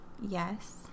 yes